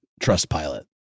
Trustpilot